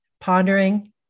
pondering